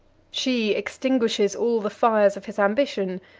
she extinguishes all the fires of his ambition,